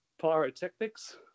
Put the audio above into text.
pyrotechnics